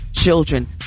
children